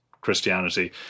Christianity